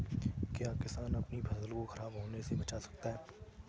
क्या किसान अपनी फसल को खराब होने बचा सकते हैं कैसे?